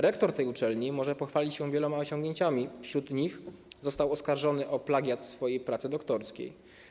Rektor tej uczelni może pochwalić się wieloma osiągnięciami, wśród nich - został oskarżony o plagiat w swojej pracy doktorskiej.